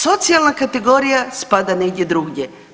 Socijalna kategorija spada negdje drugdje.